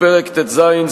פרק ט"ז,